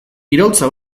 iraultza